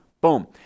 boom